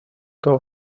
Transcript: toho